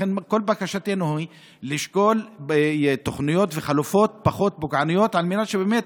לכן כל בקשתנו היא לשקול תוכניות וחלופות פחות פוגעניות על מנת שבאמת,